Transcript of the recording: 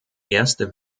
erste